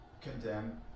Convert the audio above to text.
condemn